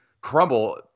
crumble